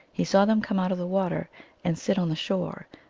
he saw them come out of the water and sit on the shore,